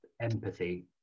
empathy